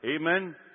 Amen